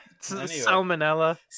Salmonella